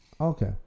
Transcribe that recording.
Okay